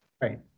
Right